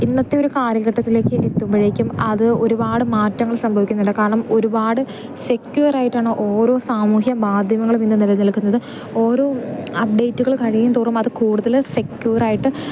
ഇന്നത്തെ ഒരു കാലഘട്ടത്തിലേക്ക് എത്തുമ്പോഴേക്കും അത് ഒരുപാട് മാറ്റങ്ങൾ സംഭവിക്കുന്നുണ്ട് കാരണം ഒരുപാട് സെക്യുറായിട്ടാണ് ഓരോ സാമൂഹ്യ മാധ്യമങ്ങളുമിന്ന് നിലനിൽക്കുന്നത് ഓരോ അപ്ഡേറ്റുകൾ കഴിയും തോറും അത് കൂടുതൽ സെക്യുവറായിട്ട്